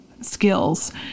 skills